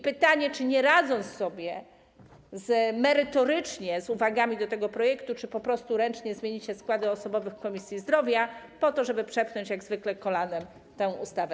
Pytanie, czy członkowie nie radzą sobie z merytorycznie z uwagami do tego projektu, czy po prostu ręcznie zmienicie składy osobowych Komisji Zdrowia po to, żeby przepchnąć jak zwykle kolanem tę ustawę.